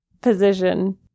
Position